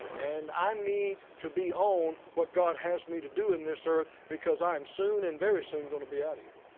and i need to be on what god has me to do in this earth because i am soon and very soon going to be out of here.